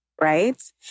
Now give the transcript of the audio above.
right